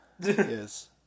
Yes